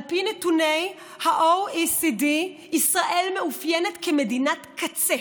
על פי נתוני ה-OECD ישראל מתאפיינת כמדינת קצה: